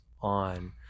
on